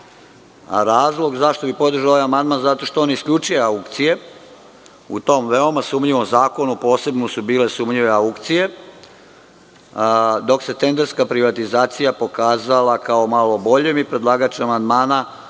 10%.Razlog zašto bih podržao ovaj amandman zato što on isključuje aukcije. U tom veoma sumnjivom zakonu, posebno su bile sumnjive aukcije, dok se tenderska privatizacija pokazala kao malo boljom. Predlagač amandman